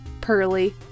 pearly